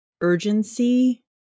urgency